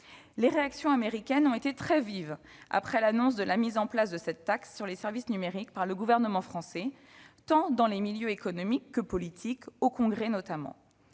Les réactions américaines ont été très vives après l'annonce de la mise en place de cette taxe sur les services numériques par le gouvernement français, tant dans les milieux économiques que politiques, au Congrès notamment.